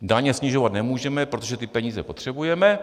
Daně snižovat nemůžeme, protože ty peníze potřebujeme.